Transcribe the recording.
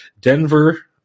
Denver